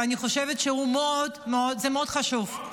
ואני חושבת שהוא מאוד מאוד חשוב.